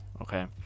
okay